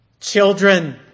children